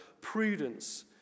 prudence